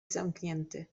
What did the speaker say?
zamknięty